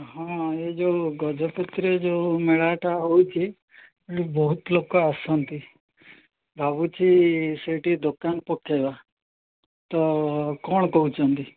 ହଁ ଏଇ ଯେଉଁ ଗଜପତିରେ ଯେଉଁ ମେଳାଟା ହେଉଛି ବହୁତ ଲୋକ ଆସନ୍ତି ଭାବୁଛି ସେଇଠି ଦୋକାନ ପକେଇବା ତ କ'ଣ କହୁଛନ୍ତି